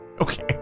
Okay